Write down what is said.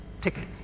ticket